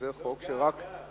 גם.